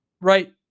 right